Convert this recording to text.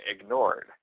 ignored